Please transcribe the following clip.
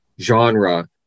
genre